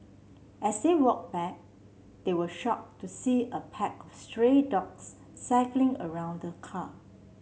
as they walked back they were shocked to see a pack of stray dogs circling around the car